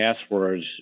passwords